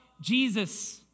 Jesus